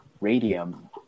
radium